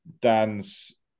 dan's